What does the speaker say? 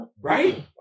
right